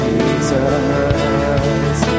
Jesus